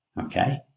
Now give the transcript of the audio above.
okay